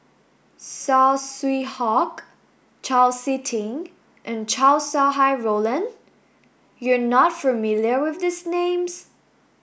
Saw Swee Hock Chau Sik Ting and Chow Sau Hai Roland you are not familiar with these names